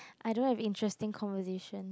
I don't have interesting conversation